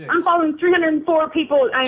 i'm following three hundred and four people,